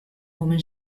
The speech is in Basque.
omen